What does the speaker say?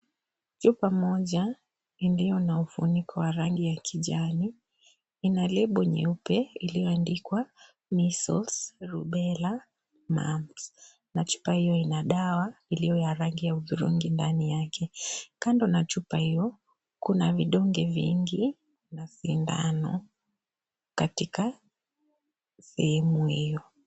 Chupa moja iliyo na ufuniko wa rangi ya kijani ina lebo nyeupe iliyoandikwa measles , rubella, mumps na chupa hiyo ina dawa iliyo ya rangi ya hudhurungi ndani yake. Kando na chupa hiyo kuna vidonge vingi na sindano katika sehemu hiyo